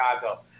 Chicago